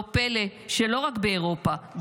לא פלא שלא רק באירופה,